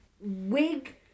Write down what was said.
wig